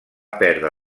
perdre